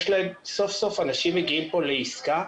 כשסוף סוף מגיעים אנשים לעסקה,